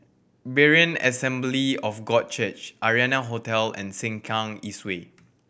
Berean Assembly of God Church Arianna Hotel and Sengkang East Way